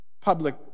public